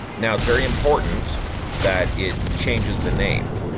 now it's very important that it changes the name.